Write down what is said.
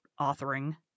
authoring